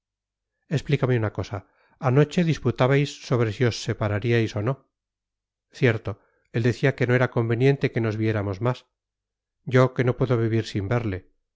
explícame una cosa anoche disputabais sobre si os separaríais o no cierto él decía que no era conveniente que nos viéramos más yo que no puedo vivir sin verle